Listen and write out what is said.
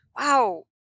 wow